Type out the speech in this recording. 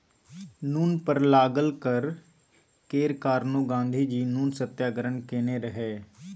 नुन पर लागल कर केर कारणेँ गाँधीजी नुन सत्याग्रह केने रहय